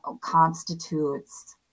constitutes